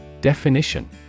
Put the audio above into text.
Definition